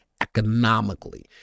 economically